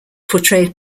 portrayed